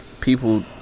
people